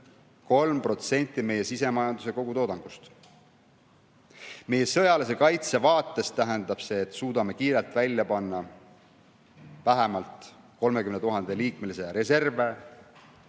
2%, vaid 3% meie sisemajanduse kogutoodangust. Meie sõjalise kaitse vaates tähendab see, et suudame kiirelt välja panna vähemalt 30 000-liikmelise reservväe